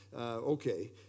okay